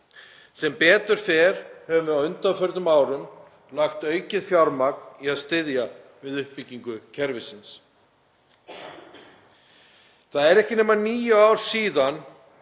Sem betur fer höfum við á undanförnum árum lagt aukið fjármagn í að styðja við uppbyggingu kerfisins. Það eru ekki nema níu ár síðan